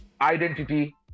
identity